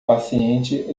paciente